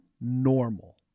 normal